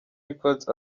records